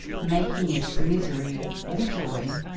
making its misery or joy.